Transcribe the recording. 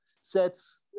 sets